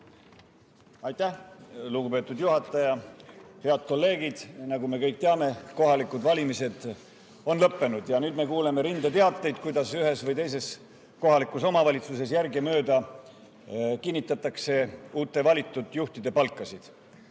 Aitäh, lugupeetud juhataja! Head kolleegid! Nagu me kõik teame, kohalikud valimised on lõppenud. Ja nüüd me kuuleme rindeteateid, kuidas ühes või teises kohalikus omavalitsuses järgemööda kinnitatakse uute valitud juhtide palkasid.